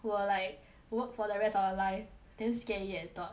we'll like work for the rest of your life damn scary eh the thought